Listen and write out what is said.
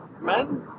men